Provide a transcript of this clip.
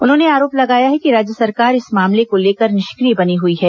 उन्होंने आरोप लगाया है कि राज्य सरकार इस मामले को लेकर निष्क्रिय बनी हुई है